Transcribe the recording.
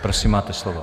Prosím, máte slovo.